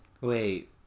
Wait